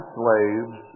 slaves